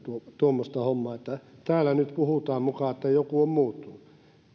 tuommoista hommaa että täällä nyt puhutaan että joku on muka muuttunut